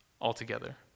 altogether